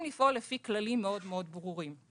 לפעול לפי כללים מאוד מאוד ברורים.